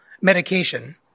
medication